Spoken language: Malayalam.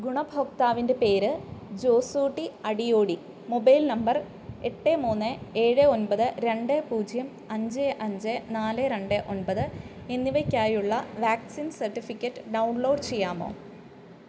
ഗുണഭോക്താവിൻ്റെ പേര് ജോസൂട്ടി അടിയോടി മൊബൈൽ നമ്പർ എട്ട് മൂന്ന് ഏഴ് ഒമ്പത് രണ്ട് പൂജ്യം അഞ്ച് അഞ്ച് നാല് രണ്ട് ഒമ്പത് എന്നിവയ്ക്കായുള്ള വാക്സിൻ സെർട്ടിഫിക്കറ്റ് ഡൗൺലോഡ് ചെയ്യാമോ